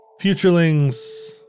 Futurelings